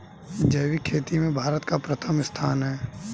जैविक खेती में भारत का प्रथम स्थान है